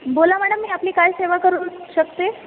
बोला मॅडम मी आपली काय सेवा करू शकते